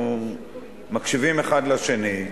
אנחנו מקשיבים האחד לשני,